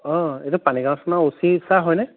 অঁ এইটো পানীগাঁও থানাৰ অ' চি ছাৰ হয়নে